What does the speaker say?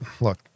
Look